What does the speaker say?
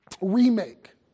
remake